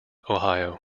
ohio